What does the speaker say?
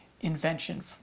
invention